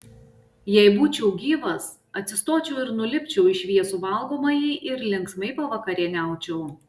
jei būčiau gyvas atsistočiau ir nulipčiau į šviesų valgomąjį ir linksmai pavakarieniaučiau